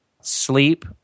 sleep